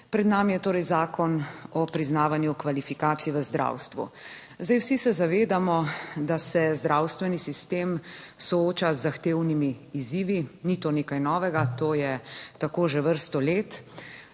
Pred nami je torej Zakon o priznavanju kvalifikacij v zdravstvu. Vsi se zavedamo, da se zdravstveni sistem sooča z zahtevnimi izzivi, ni to nekaj novega, to je tako že vrsto let.